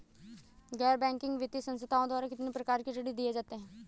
गैर बैंकिंग वित्तीय संस्थाओं द्वारा कितनी प्रकार के ऋण दिए जाते हैं?